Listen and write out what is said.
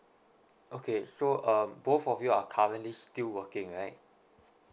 okay so uh both of you are currently still working right